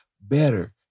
better